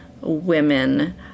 women